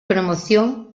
promoción